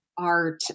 art